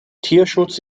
tierschutz